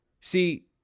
See